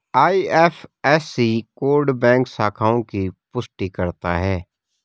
IFSC code bank शाखाओं की पुष्टि करता है